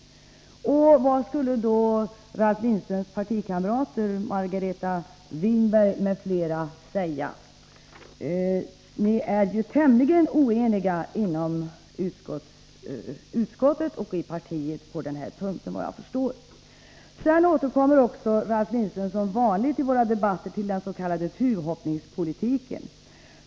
Vad skulle Ralf Lindströms partikamrater, Margareta Winberg m.fl., säga om det förslaget togs upp på nytt? Ni är ju tämligen oeniga inom utskottet och i partiet på denna punkt, efter vad jag förstår. Sedan återkommer Ralf Lindström, som vanligt i våra debatter, till den s.k. tuvhoppningspolitiken.